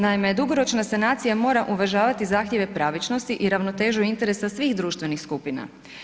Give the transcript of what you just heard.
Naime, dugoročna sanacija mora uvažavati zahtjeve pravičnosti i ravnotežu interesa svih društvenih skupina.